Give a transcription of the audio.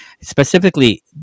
Specifically